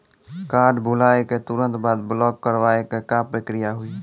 Card भुलाए के तुरंत बाद ब्लॉक करवाए के का प्रक्रिया हुई?